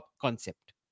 concept